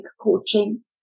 coaching